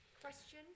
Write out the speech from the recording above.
question